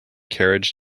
carriage